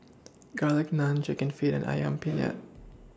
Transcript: Garlic Naan Chicken Feet and Ayam Penyet